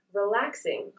relaxing